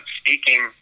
speaking